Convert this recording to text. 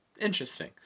Interesting